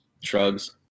Shrugs